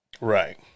Right